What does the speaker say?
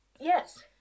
yes